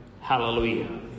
Hallelujah